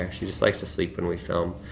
um she just likes to sleep when we film.